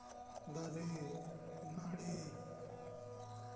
ᱫᱟᱨᱮ ᱱᱟᱹᱲᱤ